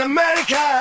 America